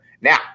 Now